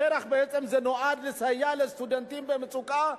פר"ח בעצם נועד לסייע לסטודנטים במצוקה,